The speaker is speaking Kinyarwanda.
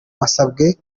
basabwe